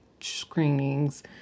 screenings